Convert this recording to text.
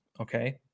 Okay